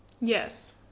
Yes